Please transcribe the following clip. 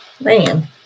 man